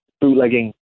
bootlegging